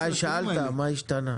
אבל גיא שאלת מה השתנה.